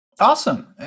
Awesome